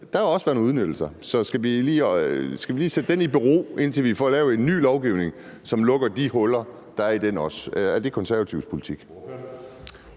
reglerne også blevet udnyttet – skal vi så lige sætte dem i bero, indtil vi får lavet ny lovgivning, som lukker de huller, der i dem? Er det Konservatives politik?